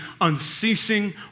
unceasing